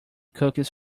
cookies